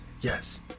Yes